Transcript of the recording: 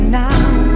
now